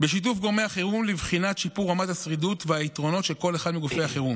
שעובד לפי פקודות, את המקומות שמהם הם הגיעו.